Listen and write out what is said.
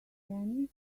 kenny